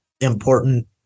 important